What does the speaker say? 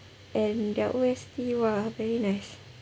and their O_S_T !wah! very nice